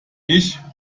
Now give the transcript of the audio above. ich